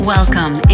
Welcome